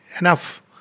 Enough